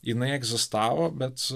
jinai egzistavo bet